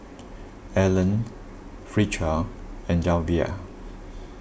Alan Fletcher and Javier